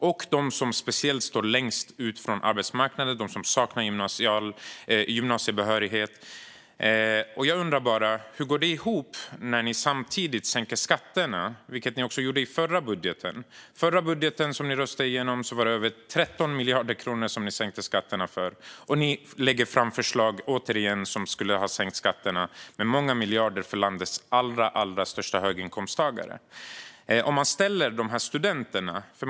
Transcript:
Det gäller speciellt dem som står längst från arbetsmarknaden och saknar gymnasiebehörighet. Jag undrar bara: Hur går det ihop när ni samtidigt sänker skatterna, vilket ni också gjorde i förra budgeten? I förra budgeten som ni röstade igenom sänkte ni skatterna med över 13 miljarder kronor. Ni lägger återigen fram förslag som skulle ha sänkt skatterna med många miljarder för de inkomsttagare som har landets allra högsta inkomster.